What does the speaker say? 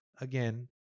again